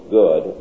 good